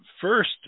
first